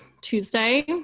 Tuesday